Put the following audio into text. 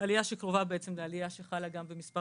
עלייה שקרובה לעלייה שחלה גם במספר